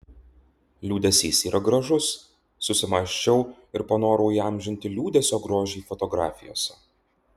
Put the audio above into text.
liūdesys yra gražus susimąsčiau ir panorau įamžinti liūdesio grožį fotografijose